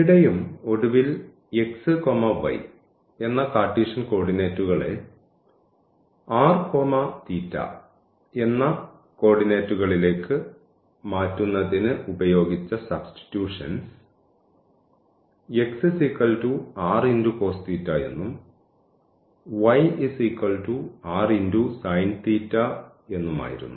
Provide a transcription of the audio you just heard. ഇവിടെയും ഒടുവിൽ x y എന്ന കാർട്ടീഷ്യൻ കോർഡിനേറ്റുകളെ r θ എന്ന കോർഡിനേറ്റുകളിലേക്ക് മാറ്റുന്നതിന് ഉപയോഗിച്ച സബ്സ്റ്റിട്യൂഷൻസ് എന്നും എന്നും ആയിരുന്നു